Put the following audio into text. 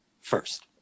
first